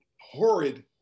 horrid